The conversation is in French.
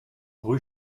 rue